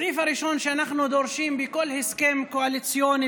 הסעיף הראשון שאנחנו דורשים בכל הסכם קואליציוני